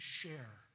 share